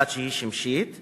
אחת שהיא שמשית,